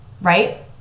right